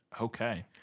Okay